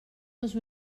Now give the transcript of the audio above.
les